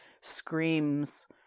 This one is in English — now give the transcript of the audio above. screams